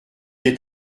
est